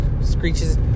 Screeches